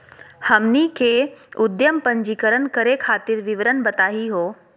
हमनी के उद्यम पंजीकरण करे खातीर विवरण बताही हो?